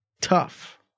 Tough